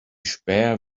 späher